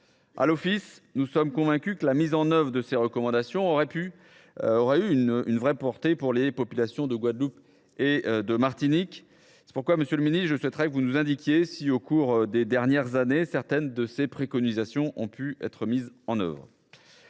À l’Opecst, nous sommes convaincus que la mise en œuvre de ces recommandations aurait eu une vraie portée pour les populations de Guadeloupe et de Martinique. C’est pourquoi, monsieur le ministre, je souhaiterais que vous nous indiquiez si, au cours des dernières années, certaines de ces préconisations ont pu être mises en œuvre.